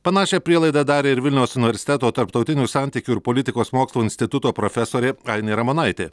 panašią prielaidą darė ir vilniaus universiteto tarptautinių santykių ir politikos mokslų instituto profesorė ainė ramonaitė